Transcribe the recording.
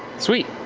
sweet,